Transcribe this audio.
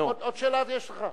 עוד שאלה יש לך?